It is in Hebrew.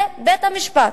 זה בית-המשפט.